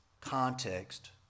context